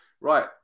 Right